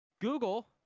Google